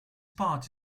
part